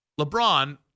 LeBron